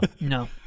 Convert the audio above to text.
no